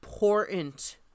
Important